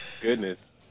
Goodness